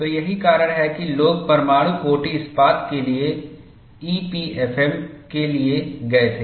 तो यही कारण है कि लोग परमाणु कोटि इस्पात के लिए ईपीएफएम के लिए गए थे